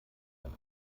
ein